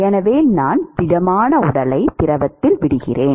எனவே நான் திடமான உடலை திரவத்தில் விடுகிறேன்